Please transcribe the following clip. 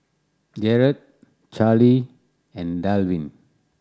Jerod Charley and Delvin